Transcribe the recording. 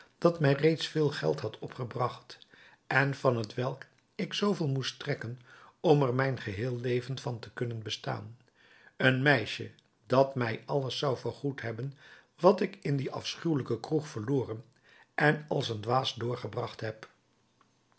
dat mij reeds veel geld had opgebracht en van t welk ik zooveel moest trekken om er mijn geheel leven van te kunnen bestaan een meisje dat mij alles zou vergoed hebben wat ik in die afschuwelijke kroeg verloren en als een dwaas doorgebracht heb